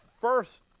first